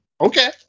Okay